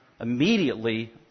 immediately